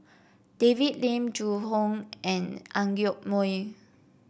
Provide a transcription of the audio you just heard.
David Lim Zhu Hong and Ang Yoke Mooi